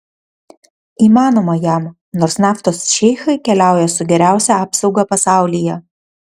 įmanoma jam nors naftos šeichai keliauja su geriausia apsauga pasaulyje